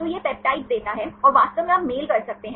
तो यह पेप्टाइड्स देता है और वास्तव में आप मेल कर सकते हैं